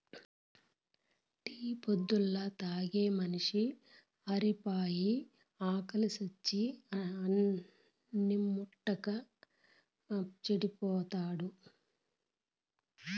tea పొద్దల్లా తాగితే మనిషి ఆరిపాయి, ఆకిలి సచ్చి అన్నిం ముట్టక చెడిపోతాడు